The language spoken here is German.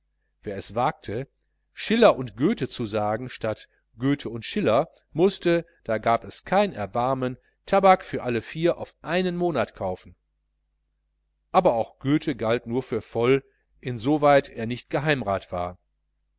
wer es wagte schiller und goethe zu sagen statt goethe und schiller mußte da gab es kein erbarmen tabak für alle vier auf einen monat kaufen aber auch goethe galt nur für voll insoweit er nicht geheimrat war